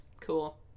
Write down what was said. cool